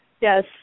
Yes